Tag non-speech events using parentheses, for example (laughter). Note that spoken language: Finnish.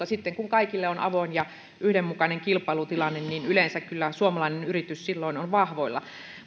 (unintelligible) sitten kun kaikille on avoin ja yhdenmukainen kilpailutilanne niin yleensä kyllä suomalainen yritys silloin on vahvoilla